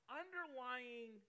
underlying